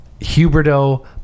Huberto